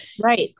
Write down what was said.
Right